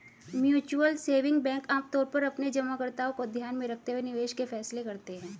mutual saving bank आमतौर पर अपने जमाकर्ताओं को ध्यान में रखते हुए निवेश के फैसले करते हैं